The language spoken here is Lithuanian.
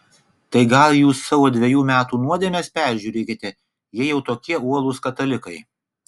tai gal jūs savo dvejų metų nuodėmes peržiūrėkite jei jau tokie uolūs katalikai